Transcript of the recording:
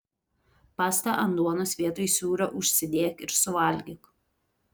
pastą ant duonos vietoj sūrio užsidėk ir suvalgyk